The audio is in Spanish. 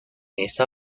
esa